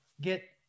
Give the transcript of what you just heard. get